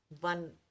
One